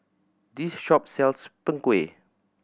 this shop sells Png Kueh